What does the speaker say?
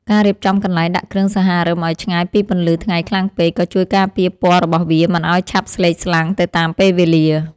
ការរៀបចំកន្លែងដាក់គ្រឿងសង្ហារឹមឱ្យឆ្ងាយពីពន្លឺថ្ងៃខ្លាំងពេក ក៏ជួយការពារពណ៌របស់វាមិនឱ្យឆាប់ស្លេកស្លាំងទៅតាមពេលវេលា។